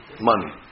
money